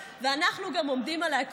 אנחנו באים עם זה לבוחר,